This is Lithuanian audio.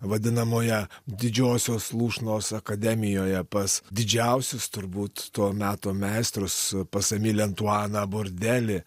vadinamoje didžiosios lūšnos akademijoje pas didžiausius turbūt to meto meistrus pas emilį antuaną bordelį